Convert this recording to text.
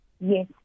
Yes